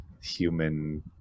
human